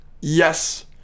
Yes